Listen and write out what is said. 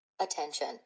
Attention